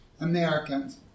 Americans